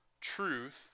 Truth